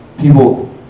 people